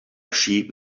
sheep